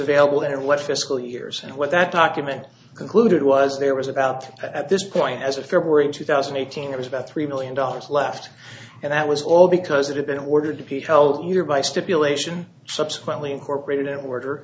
available and what fiscal years and what that document concluded was there was about at this point as of february two thousand and eighteen it was about three million dollars left and that was all because it had been ordered to be held here by stipulation subsequently incorporated in order